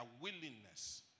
willingness